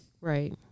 Right